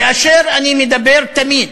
כאשר אני מדבר תמיד